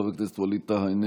חבר הכנסת ווליד טאהא,